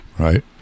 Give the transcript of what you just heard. right